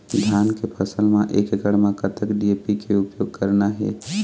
धान के फसल म एक एकड़ म कतक डी.ए.पी के उपयोग करना हे?